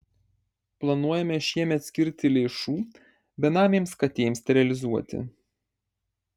planuojame šiemet skirti lėšų benamėms katėms sterilizuoti